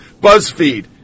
BuzzFeed